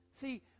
See